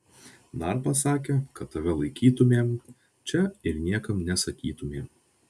dar pasakė kad tave laikytumėm čia ir niekam nesakytumėm